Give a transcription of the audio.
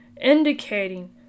indicating